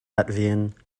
latvian